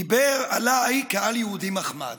הוא דיבר עליי כעל יהודי מחמד.